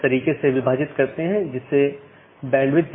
दोनों संभव राउटर का विज्ञापन करते हैं और infeasible राउटर को वापस लेते हैं